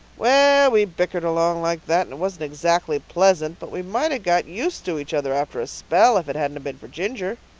well, we bickered along like that and it wasn't exactly pleasant, but we might have got used to each other after a spell if it hadn't been for ginger.